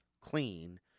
clean